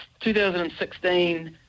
2016